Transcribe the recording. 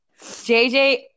JJ